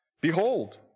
behold